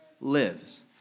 lives